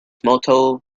motto